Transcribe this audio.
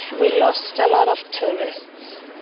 we lost a lot of tourists.